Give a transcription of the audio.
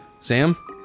Sam